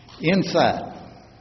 Inside